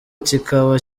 kikaba